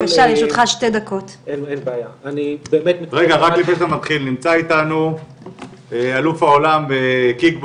אני שמח שאמיר הוא אחד ממספר אלופי עולם ואירופה שיש בהתאחדות איילת,